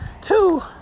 two